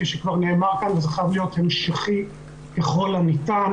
שכבר נאמר כאן וזה חייב להיות המשכי ככל הניתן.